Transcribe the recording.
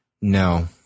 No